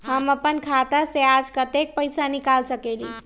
हम अपन खाता से आज कतेक पैसा निकाल सकेली?